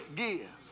give